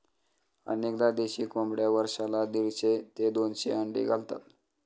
अनेकदा देशी कोंबड्या वर्षाला दीडशे ते दोनशे अंडी घालतात